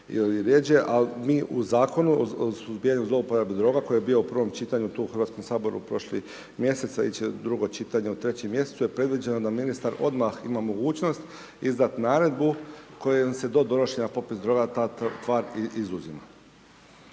al mi u Zakonu o suzbijanju zlouporabe droga koji je bio u prvom čitanju tu u HS prošli mjesec, iće drugo čitanje, u trećem mjesecu je predviđeno da ministar odmah ima mogućnost izdat naredbu kojom se do donošenja popis droga ta tvar izuzima.